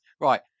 Right